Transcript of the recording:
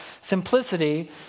Simplicity